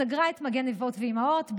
סגרה את מגן אבות ואימהות,